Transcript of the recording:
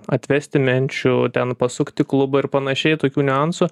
atvesti menčių ten pasukti klubą ir panašiai tokių niuansų